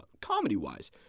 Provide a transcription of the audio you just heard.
comedy-wise